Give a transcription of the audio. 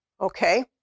okay